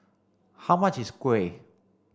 how much is Kuih